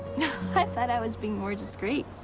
i thought i was being more discreet.